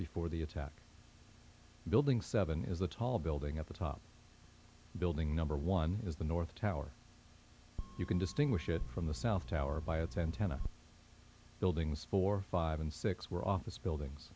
before the attack building seven is a tall building at the top building number one is the north tower you can distinguish it from the south tower by its antenna buildings four five and six were office buildings